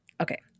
Okay